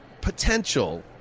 potential